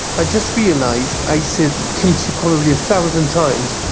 i just realized, i said kimchi probably a thousand times.